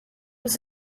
was